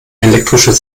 elektrische